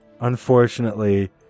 Unfortunately